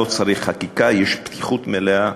לא צריך חקיקה, יש פתיחות מלאה.